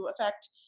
effect